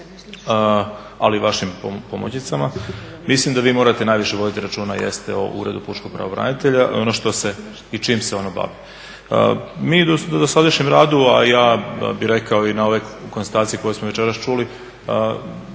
ali i vašim pomoćnicama, mislim da vi morate najviše voditi računa o Uredu pučkog pravobranitelja ono čim se ono bavi. Mi u dosadašnjem radu, a ja da bih rekao i na ove konstatacije koje smo večeras čuli